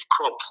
crop